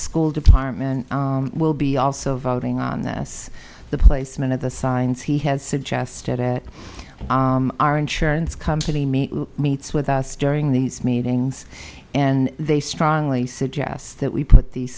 school department will be also voting on this the placement of the signs he has suggested it are insurance company meets with us during these meetings and they strongly suggest that we put these